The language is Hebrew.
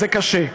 זה קשה.